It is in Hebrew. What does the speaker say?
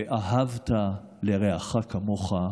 ואהבת לרעך כמוך,